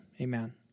Amen